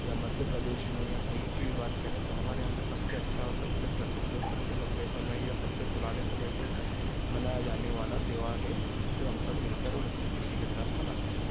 या मध्य प्रदेश में या कहीं की भी बात करें तो हमारे यहाँ का सबसे अच्छा और सबसे प्रसिद्ध और सबसे लंबे समय या सबसे पुराने समय से मनाया जाने वाला त्यौहार है जो हम सब मिलकर और अच्छी खुशी के साथ मनाते हैं